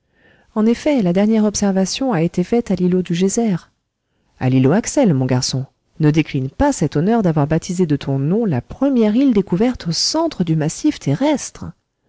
en effet la dernière observation a été faite à l'îlot du geyser a l'îlot axel mon garçon ne décline pas cet honneur d'avoir baptisé de ton nom la première île découverte au centre du massif terrestre